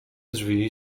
drzwi